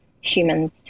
humans